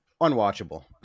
unwatchable